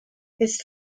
his